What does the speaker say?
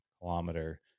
kilometer